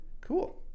cool